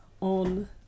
on